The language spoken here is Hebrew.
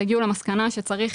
תגיעו למסקנה שצריך